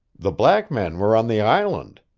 the black men were on the island.